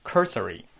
Cursory